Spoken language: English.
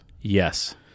Yes